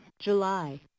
July